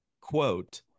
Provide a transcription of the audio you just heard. quote